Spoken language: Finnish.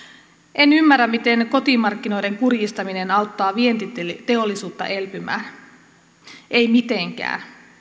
en ymmärrä miten kotimarkkinoiden kurjistaminen auttaa vientiteollisuutta elpymään ei mitenkään